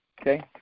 Okay